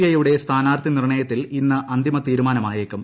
I യുടെ സ്ഥാനാർത്ഥി നിർണ്ണയത്തിൽ ഇന്ന് അന്തിമ തീരുമാനമായേക്കും